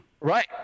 Right